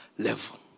Level